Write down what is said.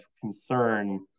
concern